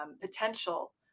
potential